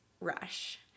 Rush